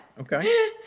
Okay